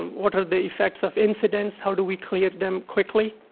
what are the effects of incidents? how do we clear them quickly?